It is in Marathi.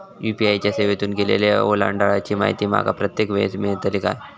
यू.पी.आय च्या सेवेतून केलेल्या ओलांडाळीची माहिती माका प्रत्येक वेळेस मेलतळी काय?